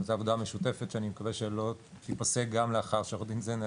זו עבודה משותפת שאני מקווה שלא תיפסק גם לאחר שעורך דין זנה,